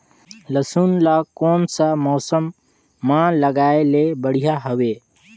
लसुन ला कोन सा मौसम मां लगाय ले बढ़िया हवे?